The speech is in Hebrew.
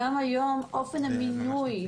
גם היום אופן המינוי,